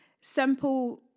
simple